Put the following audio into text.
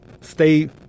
stay